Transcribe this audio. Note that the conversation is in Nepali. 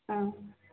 अँ